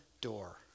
door